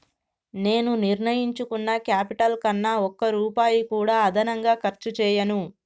నేను నిర్ణయించుకున్న క్యాపిటల్ కన్నా ఒక్క రూపాయి కూడా అదనంగా ఖర్చు చేయను